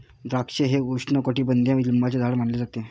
द्राक्षे हे उपोष्णकटिबंधीय लिंबाचे झाड मानले जाते